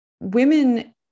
women